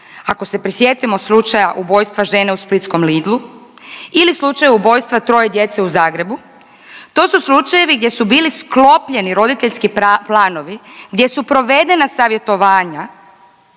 Ako se prisjetimo slučaja ubojstva žene u splitskom Lidlu ili slučaja ubojstva troje djece u Zagrebu, to su slučajevi gdje su bili sklopljeni roditeljski planovi, gdje su provedena savjetovanja